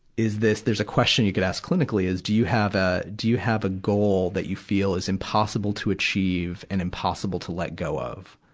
is this, there's a question you can ask clinically, is do you have a, do you have a goal that you feel is impossible to achieve and impossible to let go of?